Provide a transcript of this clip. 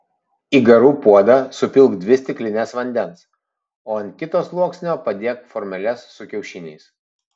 į garų puodą supilk dvi stiklines vandens o ant kito sluoksnio padėk formeles su kiaušiniais